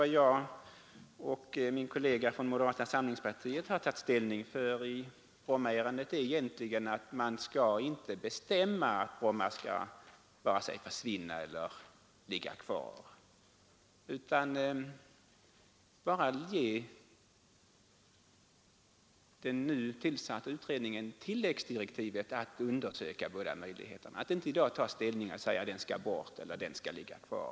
Vad jag och min kollega från moderata samlingspartiet har tagit ställning till i Brommaärendet är egentligen att man i dag inte skall bestämma att Bromma skall vare sig försvinna eller ligga kvar. Vi vill att den nu tillsatta utredningen skall få tilläggsdirektivet att undersöka båda möjligheterna. Man bör inte i dag ta ställning och säga att flygplatsen skall bort eller ligga kvar.